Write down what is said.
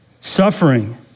suffering